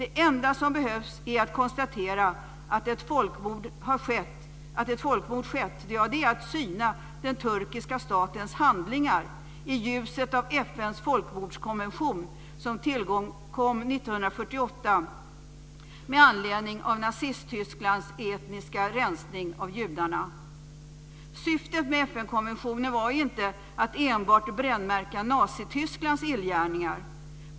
Det enda som behövs för att konstatera att ett folkmord har skett är att syna den turkiska statens handlingar i ljuset av FN:s folkmordskonvention, som tillkom 1948 med anledning av Syftet med FN-konventionen var ju inte att enbart brännmärka Nazitysklands illgärningar.